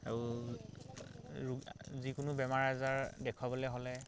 আৰু ৰো যিকোনো বেমাৰ আজাৰ দেখুৱাবলৈ হ'লে